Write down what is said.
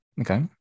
Okay